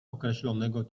określonego